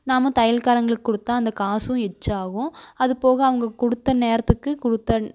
நாம தையல்காரங்களுக்கு கொடுத்தா அந்த காசும் அது போக அவங்க கொடுத்த நேரத்துக்கு கொடுத்த